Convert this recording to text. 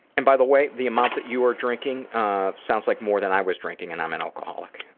and by the way the amount that you are drinking sounds like more than i was drinking and i'm an alcoholic.